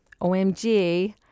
OMG